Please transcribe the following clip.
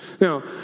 Now